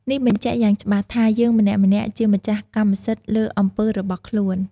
នេះបញ្ជាក់យ៉ាងច្បាស់ថា យើងម្នាក់ៗជាម្ចាស់កម្មសិទ្ធិលើអំពើរបស់ខ្លួន។